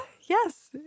Yes